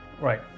Right